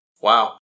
Wow